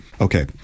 Okay